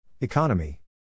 Economy